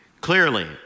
Clearly